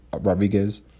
Rodriguez